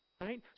right